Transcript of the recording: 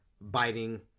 biting